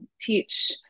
teach